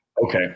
Okay